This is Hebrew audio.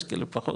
יש כאלו פחות,